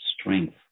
strength